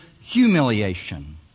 humiliation